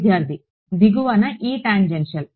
విద్యార్థి దిగువన E tangential